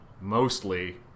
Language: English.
mostly